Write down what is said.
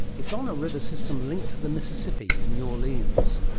it's on a river system linked to the mississippi and new orleans,